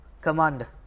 commander